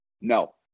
No